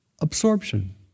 absorption